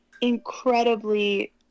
incredibly